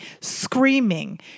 screaming